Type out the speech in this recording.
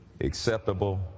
acceptable